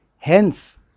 Hence